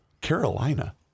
Carolina